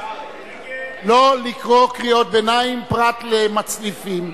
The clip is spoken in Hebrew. לא לקרוא קריאות ביניים, פרט למצליפים.